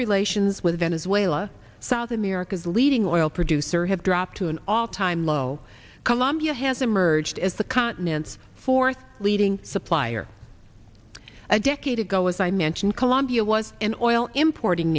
relations with venezuela south america's leading oil producer have dropped to an all time low colombia has emerged as the continent's fourth leading supplier a decade ago as i mentioned colombia was an oil importing